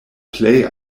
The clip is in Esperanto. plej